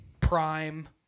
Prime